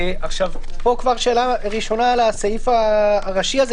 פה יש כבר שאלה ראשונה לסעיף הראשי הזה,